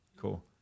Cool